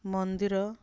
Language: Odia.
ମନ୍ଦିର